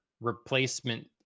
replacement